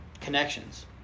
connections